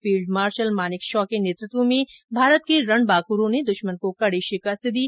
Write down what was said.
field marshal Manekshaw के नेतृत्व में भारत के रणबांकुरों ने दुश्मन को कड़ी शिकस्त दी